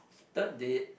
third date